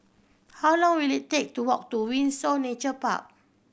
how long will it take to walk to Windsor Nature Park